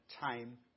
time